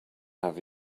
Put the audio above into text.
have